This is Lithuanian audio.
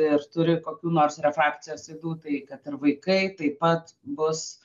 ir turi kokių nors refrakcijos ydų tai kad ir vaikai taip pat bus